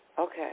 okay